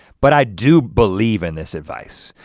but i do believe in this advice.